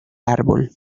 árbol